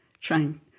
Trying